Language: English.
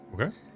Okay